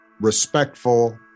respectful